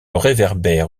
réverbère